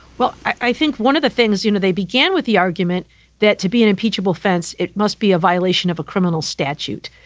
well, i think one of the things, you know, they began with the argument that to be an impeachable offense, it must be a violation of a criminal statute,